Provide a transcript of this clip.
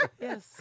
yes